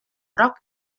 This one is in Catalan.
groc